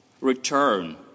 return